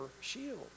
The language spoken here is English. shield